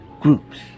groups